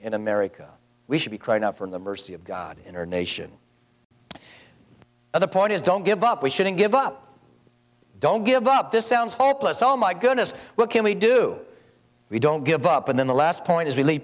in america we should be crying out for the mercy of god in our nation but the point is don't give up we shouldn't give up don't give up this sounds hopeless oh my goodness what can we do we don't give up in the last point is really